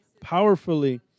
powerfully